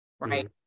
right